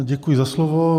Děkuji za slovo.